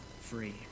free